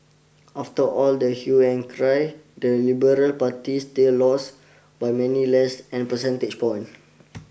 after all the hue and cry the Liberal Party still lost by many less a percentage point